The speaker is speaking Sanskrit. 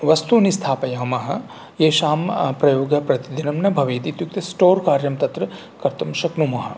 वस्तूनि स्थापयामः येषां प्रयोगः प्रतिदिनं न भवेत् इत्युक्ते स्टोर् कार्यं तत्र कर्तुं शक्नुमः